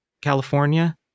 California